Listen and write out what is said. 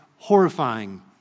Horrifying